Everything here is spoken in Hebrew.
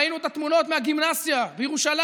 ראינו את התמונות מהגימנסיה בירושלים,